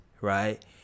right